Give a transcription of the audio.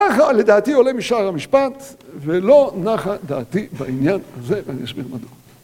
נחה, לדעתי, עולה משאר המשפט, ולא נחה דעתי, בעניין הזה, ואני אסביר מדוע.